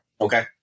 Okay